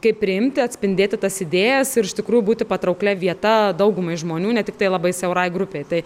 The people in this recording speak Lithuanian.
kaip priimti atspindėti tas idėjas ir iš tikrųjų būti patrauklia vieta daugumai žmonių ne tiktai labai siaurai grupei tai